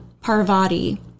Parvati